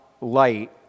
light